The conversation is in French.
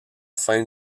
fin